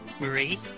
Marie